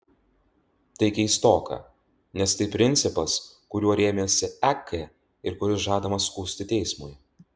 tai keistoka nes tai principas kuriuo rėmėsi ek ir kuris žadamas skųsti teismui